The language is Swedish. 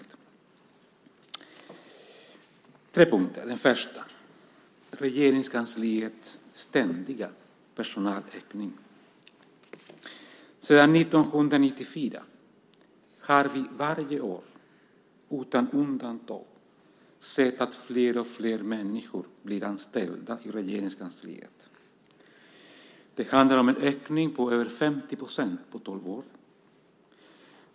Den första punkten handlar om Regeringskansliets ständiga personalökning. Sedan 1994 har vi varje år utan undantag sett att fler och fler människor blir anställda i Regeringskansliet. Det handlar om en ökning på över 50 % på tolv år.